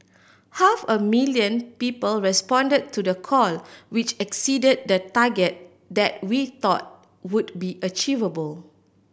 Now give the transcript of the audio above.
half a million people respond to the call which exceed the target that we thought would be achievable